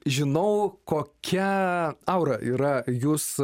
žinau kokia aura yra jus